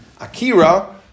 Akira